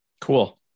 Cool